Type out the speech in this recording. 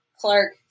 Clark